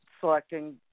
selecting